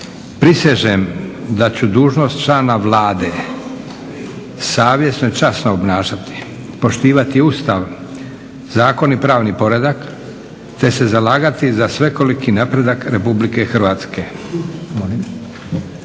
Prisežem da ću dužnost člana Vlada savjesno i časno obnašati, poštivati Ustav, zakon i pravni poredak te se zalagati za svekoliki napredak RH.